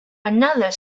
another